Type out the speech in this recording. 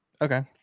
Okay